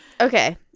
Okay